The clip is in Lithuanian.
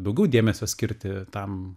daugiau dėmesio skirti tam